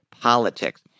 politics